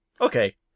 Okay